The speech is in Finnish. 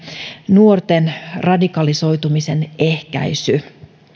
nuorten radikalisoitumisen ehkäisy